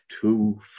two